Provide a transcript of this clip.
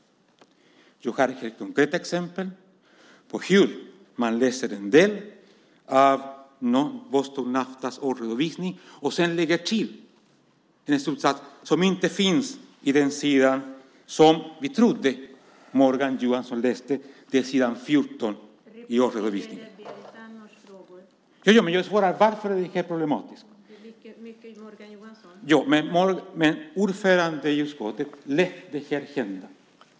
Jag har här ett konkret exempel på att Morgan Johansson läste en del av Vostok Naftas årsredovisning och sedan lade till en slutsats som inte finns på den sidan som vi trodde Morgan Johansson läste, nämligen s. 14 i årsredovisningen. Ja, men jag svarar på varför det här är problematiskt. Ja, men ordföranden i utskottet lät det här hända.